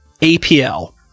APL